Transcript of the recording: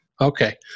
Okay